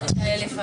הצבעה לא אושרו.